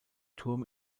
turm